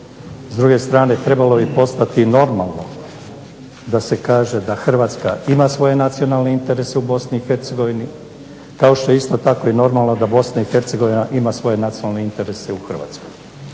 S druge strane, trebalo bi postati normalno da se kaže da Hrvatska ima svoje nacionalne interese u BiH, kao što je isto tako normalno da BiH ima svoje nacionalne interese u Hrvatskoj.